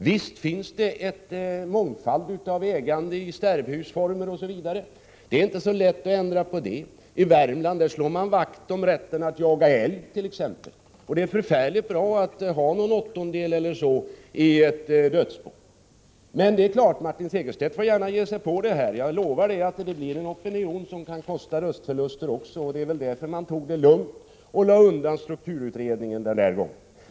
Visst finns det mycket ägande i sterbhusform osv., som det inte är så lätt att ändra på. I Värmland slår man t.ex. vakt om rätten att jaga älg, och det är mycket bra att ha kanske en åttondel i ett dödsbo. Martin Segerstedt får självfallet gärna ge sig på detta, men jag lovar att det blir en opinion som kan kosta röster — det var väl därför som ni tog det lugnt och lade undan strukturutredningen denna gång.